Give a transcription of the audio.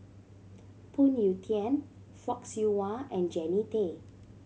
Phoon Yew Tien Fock Siew Wah and Jannie Tay